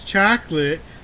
Chocolate